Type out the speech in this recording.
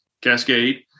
Cascade